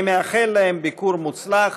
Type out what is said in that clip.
אני מאחל להם ביקור מוצלח.